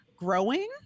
growing